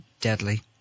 deadly